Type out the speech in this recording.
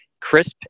crisp